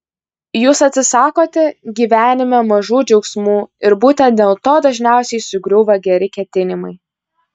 jūs atsisakote gyvenime mažų džiaugsmų ir būtent dėl to dažniausiai sugriūva geri ketinimai